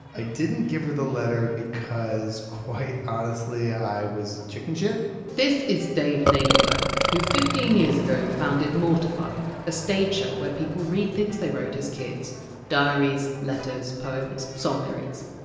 i didn't give her the letter because, quite honestly, i was chickenshit this is dave nadelberg, who fifteen years ago founded mortified, a stage show where people read things they wrote as kids diaries, letters, poems, song lyrics.